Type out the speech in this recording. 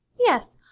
yes,